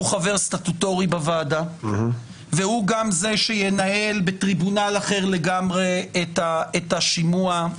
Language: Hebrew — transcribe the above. חבר סטטוטורי בוועדה והוא גם זה שינהל בטריבונל אחר לגמרי את השימוע.